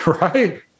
right